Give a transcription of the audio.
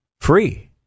free